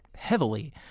Heavily